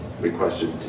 requested